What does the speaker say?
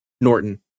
Norton